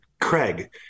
Craig